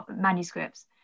manuscripts